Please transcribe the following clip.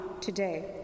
today